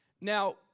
Now